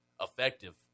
effective